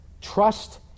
Trust